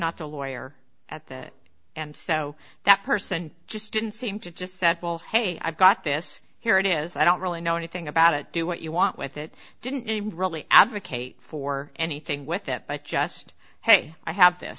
a lawyer at that and so that person just didn't seem to just said well hey i've got this here it is i don't really know anything about it do what you want with it didn't even really advocate for anything with it but just hey i have this